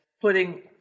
putting